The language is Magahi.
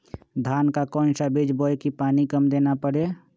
धान का कौन सा बीज बोय की पानी कम देना परे?